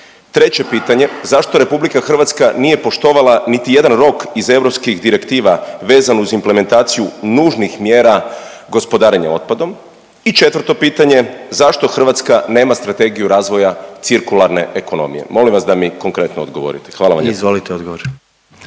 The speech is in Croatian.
Treće pitanje, zašto RH nije poštovana niti jedan rok iz europskih direktiva vezan uz implementaciju nužnih mjera gospodarenja otpadom? I četvrto pitanje, zašto Hrvatska nema Strategiju razvoja cirkularne ekonomije? Molim vas da mi konkretno odgovorite, hvala vam lijepo.